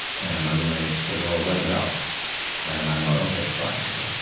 and my roommate said, oh, len is out. and my mother, ok, fine. ok.